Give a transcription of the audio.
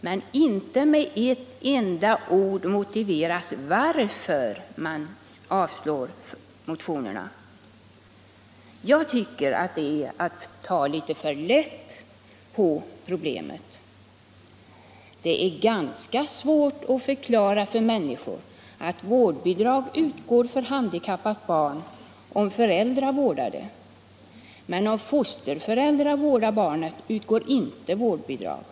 Men inte med ett ord motiveras varför motionerna avslagits. Det är väl att ta litet för lätt på problemet. Det är ganska svårt att förklara för Nr 119 människor att vårdbidrag utgår för handikappat barn om föräldrar vårdar Torsdagen den det — men om fosterföräldrar vårdar barnet utgår inte vårdbidrag.